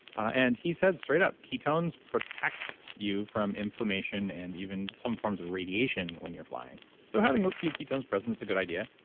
and he said straight up, ketones protect you from inflammation and even some forms of radiation when you're flying so, having a few ketones present is a good idea.